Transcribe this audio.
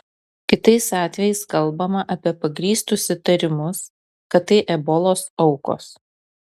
kitais atvejais kalbama apie pagrįstus įtarimus kad tai ebolos aukos